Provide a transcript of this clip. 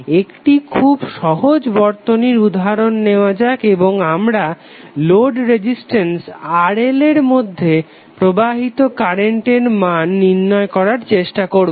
একটি খুব সহজ বর্তনীর উদাহরণ নেওয়া যাক এবং আমরা লোড রেজিটেন্স RL এর মধ্যে প্রবাহিত কারেন্টের মান নির্ণয় করার চেষ্টা করবো